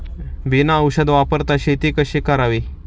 बिना औषध वापरता शेती कशी करावी?